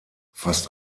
fast